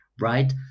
right